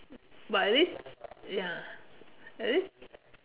but at least ya at least